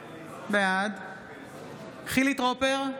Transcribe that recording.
בעד חילי טרופר,